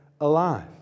alive